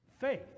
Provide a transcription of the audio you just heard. Faith